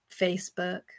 Facebook